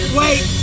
wait